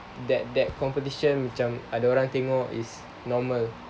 that that competition macam orang tengok is normal